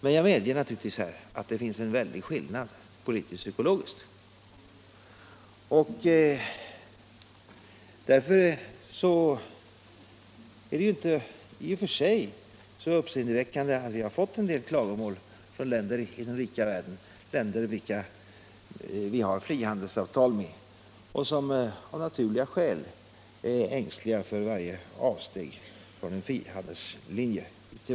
Men jag medger att det finns en väldig skillnad politiskt-psykologiskt. Därför är det inte så uppseendeväckande att vi har fått en del klagomål från länder i den rika världen, länder som vi har frihandelsavtal med och som av naturliga skäl är ängsliga för varje avsteg från frihandelsavtalen.